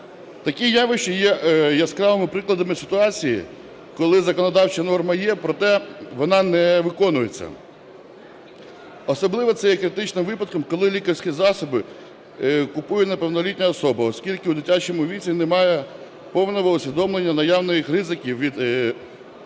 Такі явища є яскравими прикладами ситуації, коли законодавча норма є, проте вона не виконується. Особливо це є критичним випадком, коли лікарські засоби купує неповнолітня особа, оскільки у дитячому віці немає повного усвідомлення наявних ризиків від